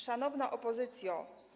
Szanowna Opozycjo!